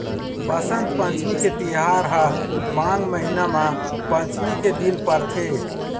बसंत पंचमी के तिहार ह माघ महिना म पंचमी के दिन परथे